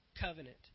covenant